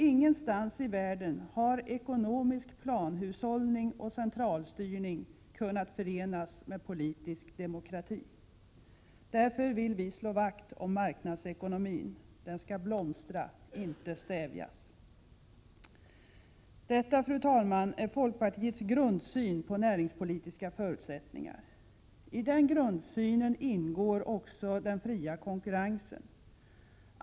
Ingenstans i världen har ekonomisk planhushållning och centralstyrning kunnat förenas med politisk demokrati. Därför vill vi slå vakt om marknadsekonomin — den skall blomstra, inte stävjas. Detta, fru talman, är folkpartiets grundsyn på näringspolitiska förutsättningar. I den grundsynen ingår också den fria konkurrensen.